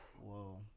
Whoa